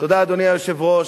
תודה, אדוני היושב-ראש.